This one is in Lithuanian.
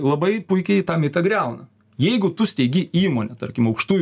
labai puikiai tą mitą griauna jeigu tu steigi įmonę aukštų